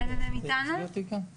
אתי, חמש דקות לרשותך